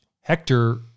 Hector